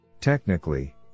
Technically